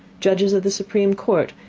judges of the supreme court,